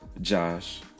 josh